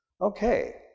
Okay